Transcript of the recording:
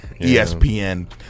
ESPN